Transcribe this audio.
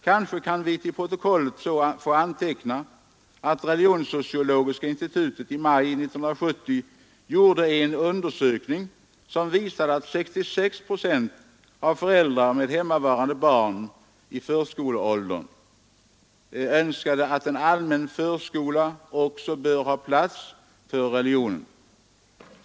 Kanske kan vi till protokollet få antecknat att Religionssociologiska institutet i maj 1970 gjorde en undersökning, som visade att 66 procent av föräldrar med hemmavarande barn i förskoleåldern önskade att en allmän förskola också bör ha plats för religionen.